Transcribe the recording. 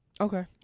Okay